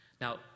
Now